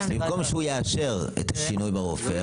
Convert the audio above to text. במקום שהוא יאשר את השינוי ברופא,